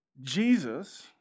Jesus